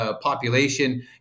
population